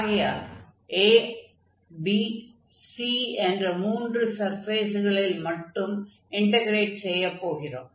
ஆகையால் A B C என்ற மூன்று சர்ஃபேஸ்களில் மட்டுமே இன்டக்ரேட் செய்யப் போகிறோம்